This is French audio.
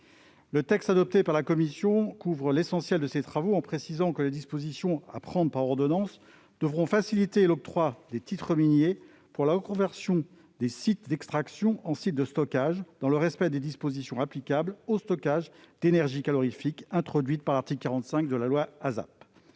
Le texte adopté par la commission couvre l'essentiel de ces travaux en précisant que les dispositions à prendre par ordonnances devront « faciliter l'octroi de titres miniers pour la reconversion de sites d'extraction en sites de stockage, dans le respect des dispositions applicables aux stockages d'énergie calorifique introduites par l'article 45 de la loi [dite